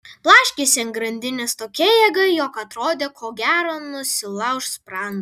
blaškėsi ant grandinės tokia jėga jog atrodė ko gero nusilauš sprandą